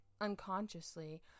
unconsciously